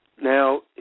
Now